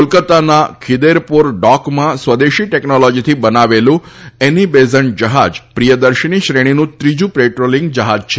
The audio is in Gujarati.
કોલકતાના ખીદેરપોર ડોકમાં સ્વદેશી ટેકનોલોજીથી બનાવેલું એની બેઝન્ટ જહાજ પ્રિયદર્શીની શ્રેણીનું ત્રીજું પેટ્રોલીંગ જહાજ છે